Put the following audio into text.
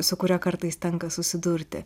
su kuria kartais tenka susidurti